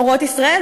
"אורות ישראל",